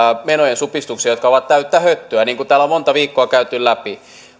menojen supistuksia jotka ovat täyttä höttöä niin kuin täällä on monta viikkoa käyty läpi